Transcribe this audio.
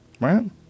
right